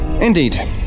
indeed